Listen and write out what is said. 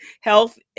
health